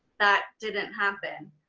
that didn't happen.